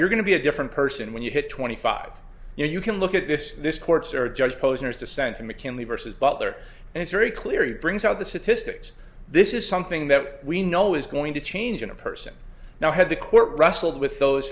you're going to be a different person when you hit twenty five you know you can look this this court sara judge posner's dissenting mckinley versus butler and it's very clear he brings out the statistics this is something that we know is going to change in a person now had the court wrestled with those